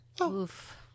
Oof